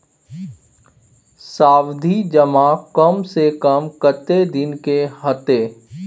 सावधि जमा कम से कम कत्ते दिन के हते?